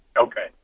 Okay